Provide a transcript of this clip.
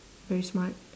very smart